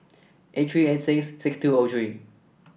eight three eight six six two O three